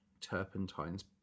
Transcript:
Turpentine's